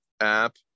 app